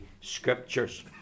Scriptures